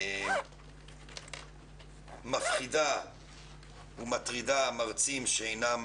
מפחידה ומטרידה מרצים שאינם